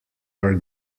are